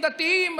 דתיים,